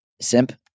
simp